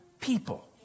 people